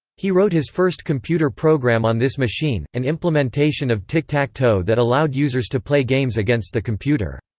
he wrote his first computer program on this machine an implementation of tic-tac-toe that allowed users to play games against the computer.